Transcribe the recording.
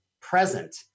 present